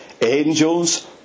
angels